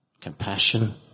Compassion